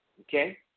Okay